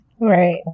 Right